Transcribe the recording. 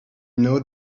know